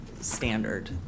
standard